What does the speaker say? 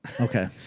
Okay